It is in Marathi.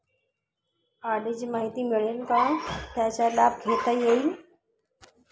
आर.डी ची माहिती मिळेल का, त्याचा लाभ कसा घेता येईल?